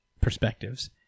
perspectives